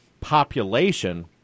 population